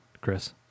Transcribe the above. Chris